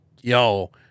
yo